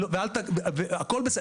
הכול בסדר,